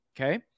okay